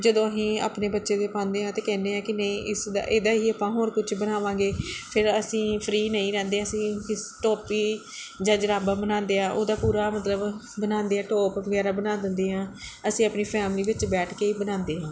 ਜਦੋਂ ਅਸੀਂ ਆਪਣੇ ਬੱਚੇ ਦੇ ਪਾਉਂਦੇ ਹਾਂ ਅਤੇ ਕਹਿੰਦੇ ਹਾਂ ਕਿ ਨਹੀਂ ਇਸਦਾ ਇਹਦਾ ਹੀ ਆਪਾਂ ਹੋਰ ਕੁਛ ਬਣਾਵਾਂਗੇ ਫਿਰ ਅਸੀਂ ਫਰੀ ਨਹੀਂ ਰਹਿੰਦੇ ਅਸੀਂ ਕਿਸ ਟੋਪੀ ਜਾਂ ਜੁਰਾਬਾਂ ਬਣਾਉਂਦੇ ਹਾਂ ਉਹਦਾ ਪੂਰਾ ਮਤਲਬ ਬਣਾਉਂਦੇ ਆ ਟੋਪ ਵਗੈਰਾ ਬਣਾ ਦਿੰਦੇ ਹਾਂ ਅਸੀਂ ਆਪਣੀ ਫੈਮਲੀ ਵਿੱਚ ਬੈਠ ਕੇ ਹੀ ਬਣਾਉਂਦੇ ਹਾਂ